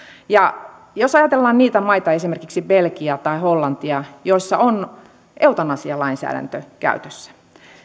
jos ajatellaan niitä maita esimerkiksi belgiaa tai hollantia joissa on eutanasialainsäädäntö käytössä niin